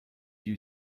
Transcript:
you